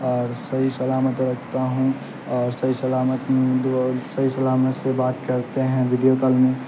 اور صحیح سلامت رکھتا ہوں اور صحیح سلامت صحیح سلامت سے بات کرتے ہیں ویڈیو کال میں